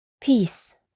Peace